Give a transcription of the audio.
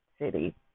city